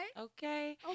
Okay